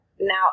now